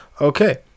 Okay